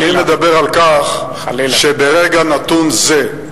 אני מדבר על כך שברגע נתון זה,